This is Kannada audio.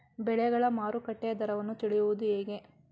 ಬೆಳೆಗಳ ಮಾರುಕಟ್ಟೆಯ ದರವನ್ನು ತಿಳಿಯುವುದು ಹೇಗೆ?